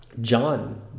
john